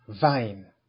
vine